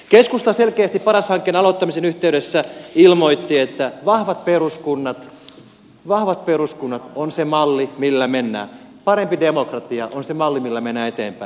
keskusta selkeästi paras hankkeen aloittamisen yhteydessä ilmoitti että vahvat peruskunnat on se malli millä mennään parempi demokratia on se malli millä mennään eteenpäin